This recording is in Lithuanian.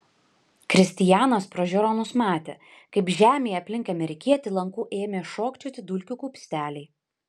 kristijanas pro žiūronus matė kaip žemėje aplink amerikietį lanku ėmė šokčioti dulkių kupsteliai